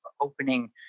opening